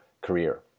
career